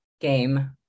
game